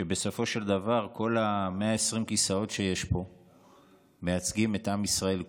ובסופו של דבר כל 120 הכיסאות שיש פה מייצגים את עם ישראל כולו,